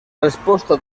resposta